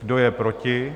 Kdo je proti?